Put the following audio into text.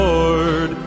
Lord